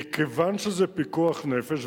מכיוון שזה פיקוח נפש,